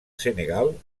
senegal